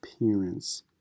appearance